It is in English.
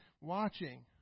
watching